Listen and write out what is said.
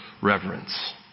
reverence